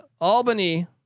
Albany